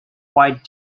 white